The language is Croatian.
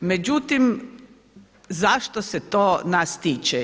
Međutim, zašto se to nas tiče.